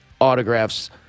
autographs